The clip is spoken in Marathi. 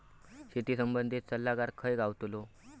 शेती संबंधित सल्लागार खय गावतलो?